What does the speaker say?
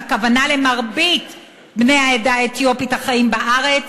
והכוונה למרבית בני העדה האתיופית החיים בארץ,